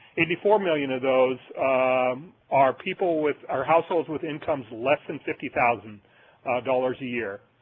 eighty four million of those um are people with are households with incomes less than fifty thousand dollars a year.